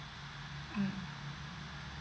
mm